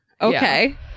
Okay